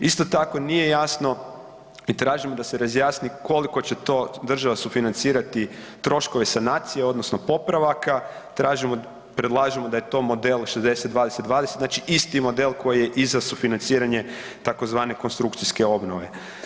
Isto tako nije jasno i tražimo da se razjasni koliko će to država sufinancirati troškove sanacije odnosno popravaka, predlažemo da je to model 60-20-20, znači isti model koji i za sufinanciranje tzv. konstrukcijske obnove.